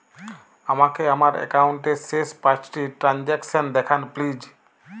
আমাকে আমার একাউন্টের শেষ পাঁচটি ট্রানজ্যাকসন দেখান প্লিজ